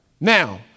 now